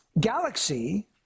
Galaxy